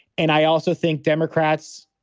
and i also think democrats,